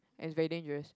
and it's very dangerous